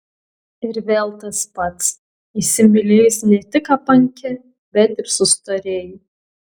ir vėl tas pats įsimylėjus ne tik apanki bet ir sustorėji